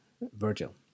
Virgil